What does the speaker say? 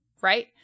right